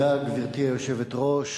גברתי היושבת-ראש,